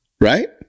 Right